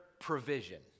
provision